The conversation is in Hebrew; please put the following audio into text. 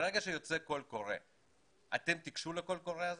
ברגע שיוצא קול קורא אתם תיגשו לקול קורא הזה?